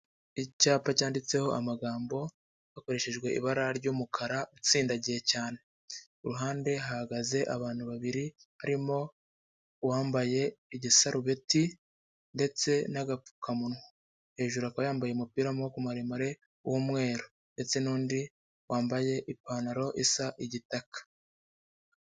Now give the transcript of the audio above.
Icyapa cyanditseho amagambo hakoreshejwe ibara ry'umukara utsindagiye cyane, ku ruhande hahagaze abantu babiri harimo uwambaye igisarubeti ndetse n'agapfukamunwa, hejuru akaba yambaye umupira w'amaboko maremare w'umweru ndetse n'undi wambaye ipantaro isa igitaka.